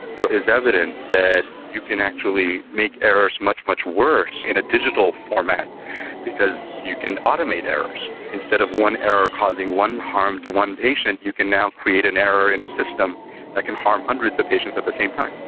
there is evidence that you can actually make errors much, much worse in a digital format because you can automate errors instead of one error causing one harm to one patient you can now create an error in a system that can harm hundreds of patients at the same time.